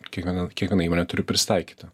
kiekviena kiekviena įmonė turi prisitaikyti